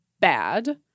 bad